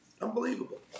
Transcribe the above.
Unbelievable